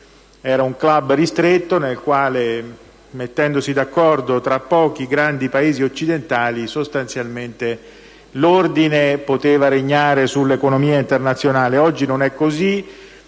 era un *club* ristretto, nel quale, mettendosi d'accordo tra pochi grandi Paesi occidentali, l'ordine poteva regnare sull'economia internazionale. Oggi non è così: